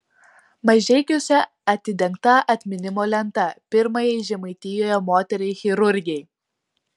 mažeikiuose atidengta atminimo lenta pirmajai žemaitijoje moteriai chirurgei